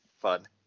fun